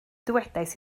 dywedais